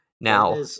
Now